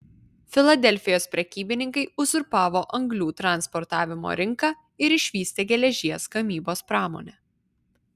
filadelfijos prekybininkai uzurpavo anglių transportavimo rinką ir išvystė geležies gamybos pramonę